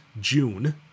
June